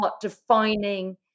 defining